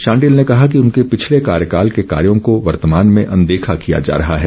शांडिल ने कहा कि उनके पिछले कार्यकाल के कार्यो को वर्तमान में अनदेखा किया जा रहा है